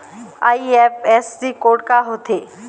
IFSC code का होथे?